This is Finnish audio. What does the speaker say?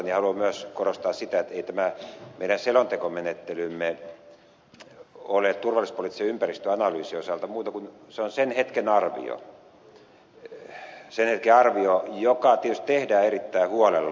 ja näin sanoessani haluan myös korostaa sitä että ei tämä meidän selontekomenettelymme ole turvallisuuspoliittisen ympäristöanalyysin osalta muuta kuin sen hetken arvio joka tietysti tehdään erittäin huolella